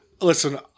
Listen